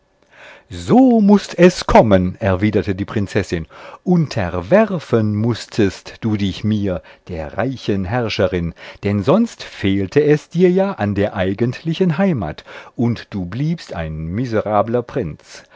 so mußt es kommen erwiderte die prinzessin unterwerfen mußtest du dich mir er reichen herrscherin denn sonst fehlte es dir ja an der eigentlichen heimat und du bliebst ein miserabler prinz